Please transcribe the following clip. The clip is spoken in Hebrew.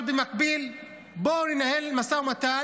אבל במקביל בואו ננהל משא ומתן